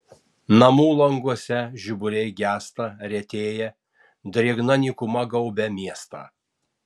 namų languose žiburiai gęsta retėja drėgna nykuma gaubia miestą